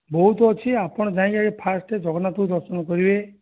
ବହୁତ ଅଛି ଆପଣ ଯାଇକି ଆଗେ ଫାଷ୍ଟେ ଜଗନ୍ନାଥଙ୍କୁ ଦର୍ଶନକରିବେ